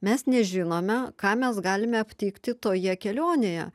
mes nežinome ką mes galime aptikti toje kelionėje